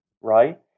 right